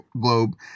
globe